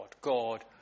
God